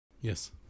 Yes